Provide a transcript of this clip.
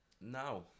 Now